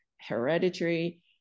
hereditary